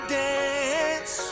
dance